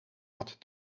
had